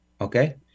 Okay